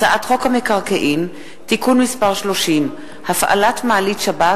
הצעת חוק המקרקעין (תיקון מס' 31) (הפעלת מעלית שבת),